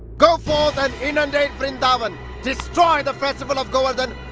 go forth and inundate vrindavan! destroy the festival of govardhan!